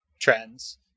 trends